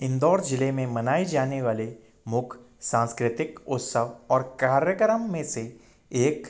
इंदौर ज़िले में मनाए जाने वाले मुख्य सांस्कृतिक उत्सव और कार्यक्रम में से एक